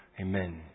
amen